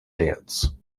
dance